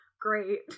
great